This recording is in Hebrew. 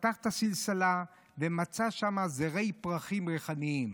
פתח את הסלסלה ומצא שם זרי פרחים ריחניים.